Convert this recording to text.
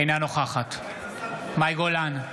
אינה נוכחת מאי גולן,